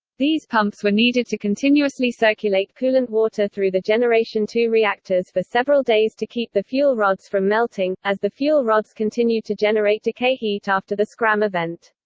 these pumps were needed to continuously circulate coolant water through the generation ii reactors for several days to keep the fuel rods from melting, as the fuel rods continued to generate decay heat after the scram event.